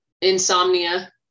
Insomnia